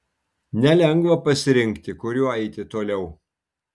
nelengva pasirinkti kuriuo eiti toliau